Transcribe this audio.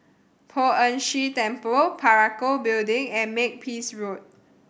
Poh Ern Shih Temple Parakou Building and Makepeace Road